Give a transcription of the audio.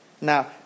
Now